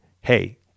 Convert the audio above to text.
hey